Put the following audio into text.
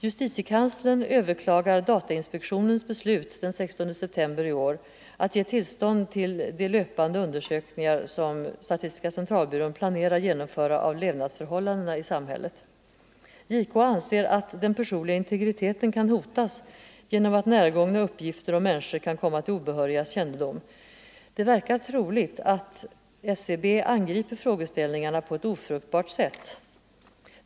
Justitiekanslern överklagar datainspektionens beslut den 16 september i år att ge tillstånd till de löpande undersökningar som statistiska centralbyrån planerar genomföra av levnadsförhållandena i samhället. JK anser att den personliga integriteten kan hotas genom att närgångna uppgifter om människor kan komma till obehörigas kännedom. Det verkar troligt att SCB angriper frågeställningarna på ett ofruktbart sätt.